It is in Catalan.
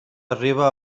arriba